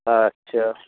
আচ্ছা